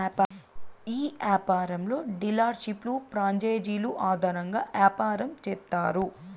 ఈ యాపారంలో డీలర్షిప్లు ప్రాంచేజీలు ఆధారంగా యాపారం చేత్తారు